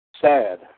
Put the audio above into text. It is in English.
sad